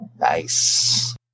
Nice